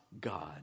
God